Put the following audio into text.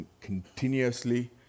continuously